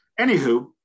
Anywho